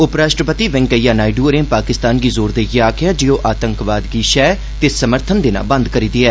उपराश्ट्रपति वेंकईयां नायडू होरें पाकिस्तान गी जोर देईयै आक्खेआ जे ओह् आतंकवाद गी षैह् ते समर्थन देना बंद करी देऐ